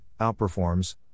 outperforms